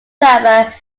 suffer